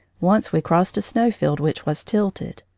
once we crossed a snow-field which was tilted.